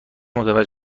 متوجه